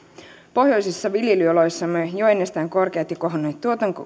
pohjoisissa viljelyoloissamme jo ennestään korkeat ja kohonneet